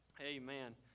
Amen